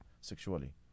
sexually